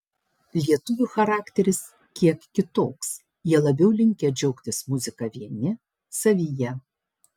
lietuvių charakteris kiek kitoks jie labiau linkę džiaugtis muzika vieni savyje